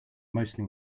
mostly